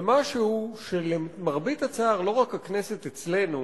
במשהו שלמרבית הצער לא רק הכנסת אצלנו